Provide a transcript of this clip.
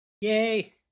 Yay